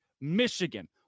Michigan